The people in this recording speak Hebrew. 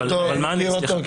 אני מכיר אותו כשופט הגון.